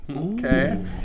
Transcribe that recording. Okay